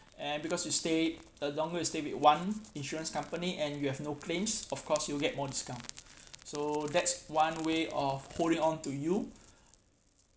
and because you stayed the longer you stayed with one insurance company and you have no claims of course you will get more discount so that's one way of holding on to you